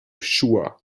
chua